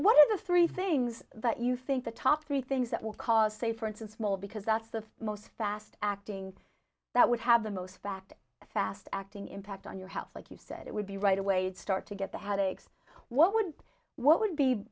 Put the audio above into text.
of three things that you think the top three things that will cause say for instance small because that's the most fast acting that would have the most back fast acting impact on your health like you said it would be right away start to get the headaches what would what would be